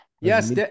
Yes